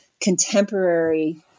contemporary